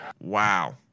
Wow